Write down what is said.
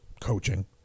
Coaching